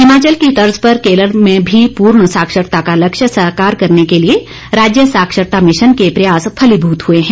हिमाचल की तर्ज पर केरल में भी पूर्ण साक्षरता का लक्ष्य साकार करने के लिए राज्य साक्षरता मिशन के प्रयास फलीभूत हुए हैं